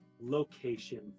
location